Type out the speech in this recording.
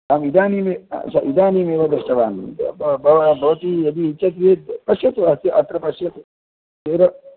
अहम् इदानीमे इदानीमेव दृष्टवान् भव भवति यदि इच्छति चेत् पश्यतु अस्य अत्र पश्यतु दूर